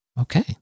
Okay